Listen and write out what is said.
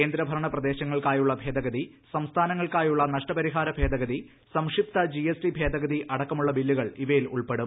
കേന്ദ്രഭരണ പ്രദേശങ്ങൾക്കായുള്ള ഭേദഗതി സംസ്ഥാനങ്ങൾക്കായുള്ള നഷ്ടപരിഹാര ഭേദഗതി സംക്ഷിപ്ത ജി എസ് ടി ഭേദഗതി അടക്കമുള്ള ബില്ലുകൾ ഇവയിൽ ഉൾപ്പെടും